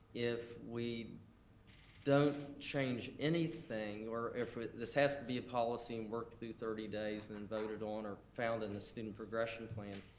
if we don't change anything, or if this has to be a policy and worked through thirty days and then voted on or found in the student progression plan,